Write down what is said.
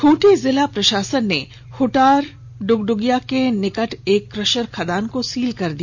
खूंटी जिला प्रशासन ने हुटार डुगडुगिया के समीप एक क्रशर खदान को सील कर दिया